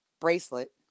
bracelet